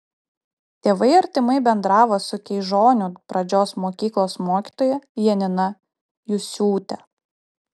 tėvai artimai bendravo su keižonių pradžios mokyklos mokytoja janina jusiūte